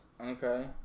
Okay